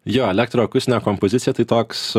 jo elektro akustinė kompozicija tai toks